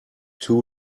two